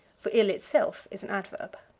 for ill itself is an adverb.